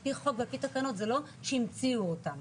פי חוק ועל פי תקנות זה לא שהמציאו אותם,